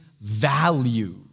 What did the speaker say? Value